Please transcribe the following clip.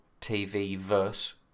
TV-verse